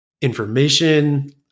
information